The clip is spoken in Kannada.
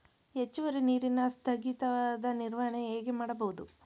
ಹೆಚ್ಚುವರಿ ನೀರಿನ ಸ್ಥಗಿತದ ನಿರ್ವಹಣೆ ಹೇಗೆ ಮಾಡಬಹುದು?